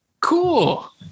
Cool